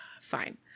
fine